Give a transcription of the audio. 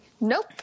Nope